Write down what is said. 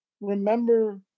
remember